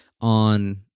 on